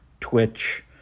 twitch